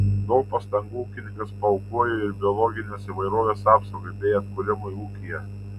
daug pastangų ūkininkas paaukojo ir biologinės įvairovės apsaugai bei atkūrimui ūkyje